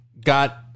got